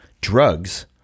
drugs